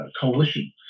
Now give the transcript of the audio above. coalition